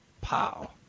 Pow